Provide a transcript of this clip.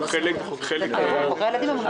אני אומרת שאגף התקציבים צריך להכין את הדברים כמו שצריך.